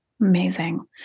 Amazing